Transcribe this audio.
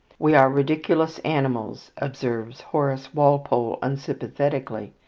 we are ridiculous animals, observes horace walpole unsympathetically,